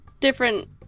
different